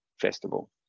festival